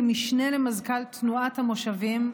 כמשנה למזכ"ל תנועת המושבים,